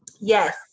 Yes